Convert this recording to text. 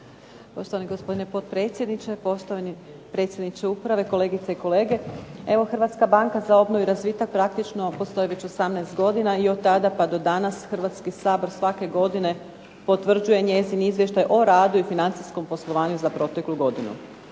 Poštovani gospodine potpredsjedniče, poštovani predsjedniče uprave, kolegice i kolege. Evo Hrvatska banka za obnovu i razvitak praktično postoji već 18 godina i od tada pa do danas Hrvatski sabor svake godine potvrđuje njezin izvještaj o radu i financijskom poslovanju za proteklu godinu.